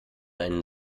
einen